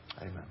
Amen